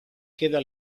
queda